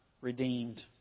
redeemed